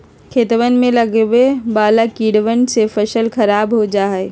खेतवन में लगवे वाला कीड़वन से फसल खराब हो जाहई